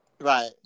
Right